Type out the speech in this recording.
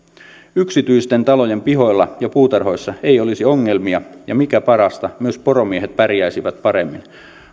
yksityisten talojen pihoilla ja puutarhoissa ei olisi ongelmia ja mikä parasta myös poromiehet pärjäisivät paremmin